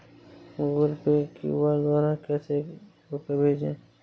Google Pay QR द्वारा कैसे रूपए भेजें?